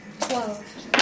Twelve